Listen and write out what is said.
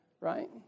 Right